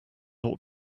ought